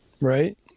right